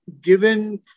given